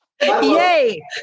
Yay